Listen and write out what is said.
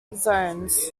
zones